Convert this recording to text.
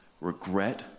regret